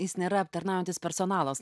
jis nėra aptarnaujantis personalas